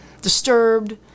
Disturbed